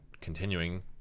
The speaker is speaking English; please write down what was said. continuing